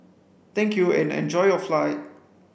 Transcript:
thank you and enjoy your flight